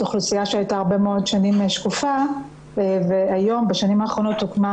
אוכלוסייה שהייתה הרבה מאוד שנים שקופה ובשנים האחרונות הוקמה